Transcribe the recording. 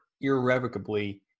irrevocably